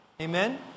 Amen